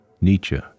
Nietzsche